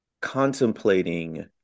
contemplating